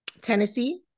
Tennessee